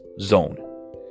zone